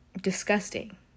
Disgusting